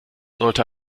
sollte